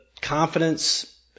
confidence